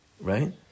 right